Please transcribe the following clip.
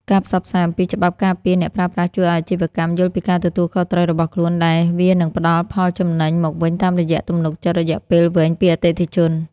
ការផ្សព្វផ្សាយអំពីច្បាប់ការពារអ្នកប្រើប្រាស់ជួយឱ្យអាជីវកម្មយល់ពីការទទួលខុសត្រូវរបស់ខ្លួន ដែលវានឹងផ្ដល់ផលចំណេញមកវិញតាមរយៈទំនុកចិត្តរយៈពេលវែងពីអតិថិជន។